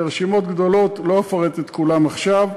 אלה רשימות גדולות, לא אפרט את כולן עכשיו,